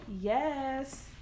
Yes